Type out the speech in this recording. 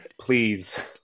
please